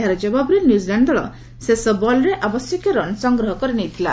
ଏହାର କବାବରେ ନ୍ୟୁଜିଲାଣ୍ଡ ଦଳ ଶେଷ ବଲ୍ରେ ଆବଶ୍ୟକୀୟ ରନ୍ ସଂଗ୍ରହ କରିନେଇଥିଲା